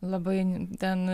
labai ten